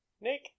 Nick